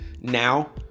now